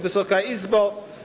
Wysoka Izbo!